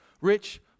rich